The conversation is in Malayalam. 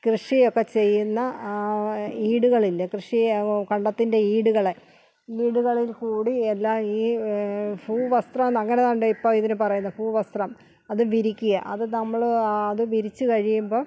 കൃഷിയൊക്കെ ചെയ്യുന്ന ഈടുകളില്ലെ കൃഷിയെ കണ്ടതിന്റെ ഈ ഈടുകൾ ഈടുകളിൽക്കൂടി എല്ലാം ഈ ഭൂ വസ്ത്രമെന്നോ അങ്ങനെ ഏതാണ്ടാണ് ഇപ്പോൾ ഇതിന് പറയുന്നത് ഭൂവസ്ത്രം അത് വിരിക്കുക അത് നമ്മള് അത് വിരിച്ച് കഴിയുമ്പം